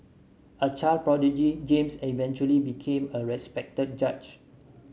a child prodigy James eventually became a respected judge